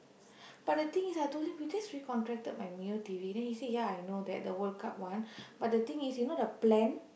but the thing is I told him we just recontacted my Mio T_V then he said ya I know that the World Cup one but the thing is you know the plan